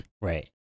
Right